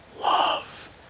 love